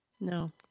No